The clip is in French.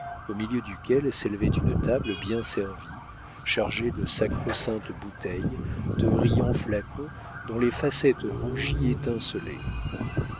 au milieu duquel s'élevait une table bien servie chargée de sacro saintes bouteilles de riants flacons dont les facettes rougies